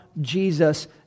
Jesus